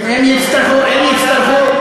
הם יצטרכו,